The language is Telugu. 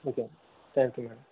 okay thank you madam